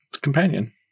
companion